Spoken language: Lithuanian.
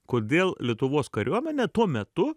kodėl lietuvos kariuomenė tuo metu